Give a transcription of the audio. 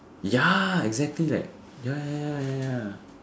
ya exactly like ya ya ya ya ya